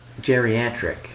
geriatric